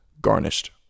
garnished